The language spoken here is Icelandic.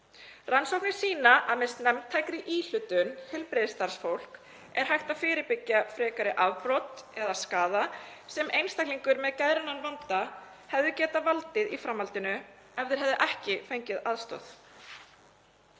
Rannsóknir sýna að með snemmtækri íhlutun heilbrigðisstarfsfólks er hægt að fyrirbyggja frekari afbrot eða skaða sem einstaklingur með geðrænan vanda hefði getað valdið í framhaldinu ef hann hefði ekki fengið aðstoð.